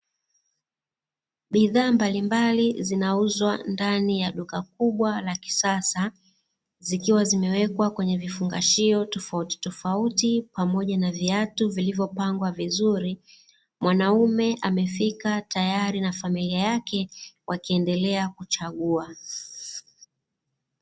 Bidhaa mbalimbali zinauzwa ndani ya duka kubwa la kisasa, zikiwa zimewekwa kwenye vifungashio tofautitofauti pamoja na viatu vilivyo pangwa vizuri, mwanaume amefika tayalia na familia yake wakiendelea kuchagua.